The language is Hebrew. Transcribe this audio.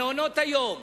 מעונות-היום,